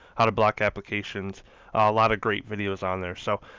how to block applications a lot of great videos on there. so,